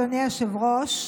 אדוני היושב-ראש,